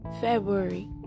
February